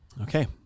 Okay